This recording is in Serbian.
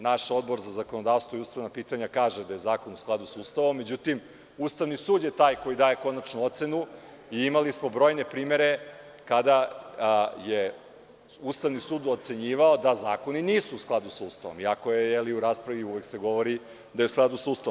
Naš Odbor za zakonodavstvo i ustavna pitanja kaže da je zakon u skladu sa Ustavom, međutim, Ustavni sud je taj koji daje konačnu ocenu i imali smo brojne primere kada je Ustavni sud ocenjivao da zakoni nisu u skladu sa Ustavom, iako se u raspravi uvek govori da je u skladu sa Ustavom.